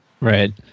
Right